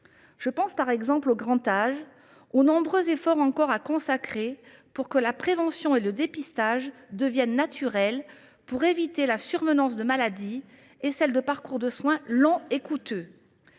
Je pense, par exemple, au grand âge, aux nombreux efforts qu’il nous reste à faire pour que la prévention et le dépistage deviennent naturels, pour éviter la survenance de maladies et la multiplication de parcours de soins longs et coûteux.